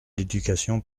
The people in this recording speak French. l’éducation